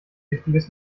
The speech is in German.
wichtiges